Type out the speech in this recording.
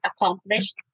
accomplished